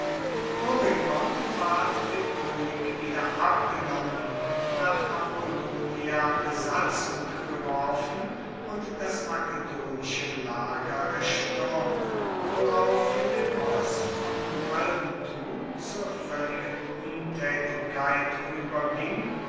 ward dem koenig wieder abgenommen nach apollonia besatzung geworfen und das makedonische lager erstuermt worauf philippos vom halben tun zur voelligen untaetigkeit ueberging